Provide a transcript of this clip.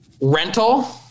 Rental